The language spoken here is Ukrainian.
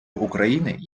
україни